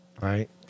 Right